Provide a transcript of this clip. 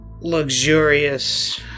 luxurious